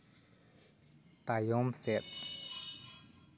ᱛᱟᱭᱚᱢ ᱥᱮᱫ